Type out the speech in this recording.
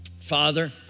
Father